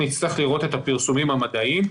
אנחנו נצטרך לראות את הפרסומים המדעיים,